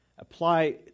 apply